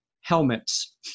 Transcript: helmets